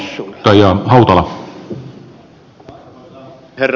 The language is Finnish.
arvoisa herra puhemies